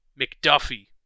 McDuffie